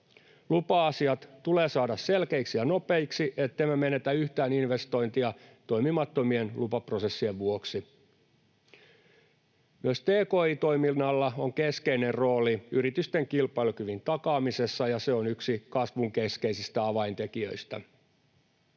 Lupa-asiat tulee saada selkeiksi ja nopeiksi, ettemme menetä yhtään investointia toimimattomien lupaprosessien vuoksi. Myös tki-toiminnalla on keskeinen rooli yritysten kilpailukyvyn takaamisessa, ja se on yksi kasvun keskeisistä avaintekijöistä.